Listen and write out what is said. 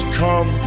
come